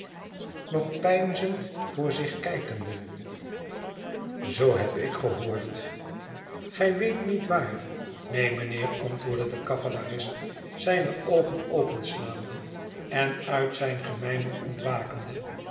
nop peinzend voor zich kijkende zoo heb ik gehoord gij weet niet waar neen mijnheer antwoordde de cavalerist zijne oogen opslaande en uit zijn gemijmer ontwakende